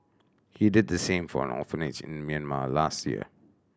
he did the same for an orphanage in Myanmar last year